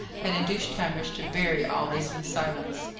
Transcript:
had induced hamish to bury all this in silence.